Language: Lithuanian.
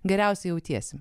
geriausiai jautiesi